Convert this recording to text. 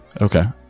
Okay